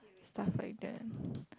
stuff like that